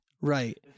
right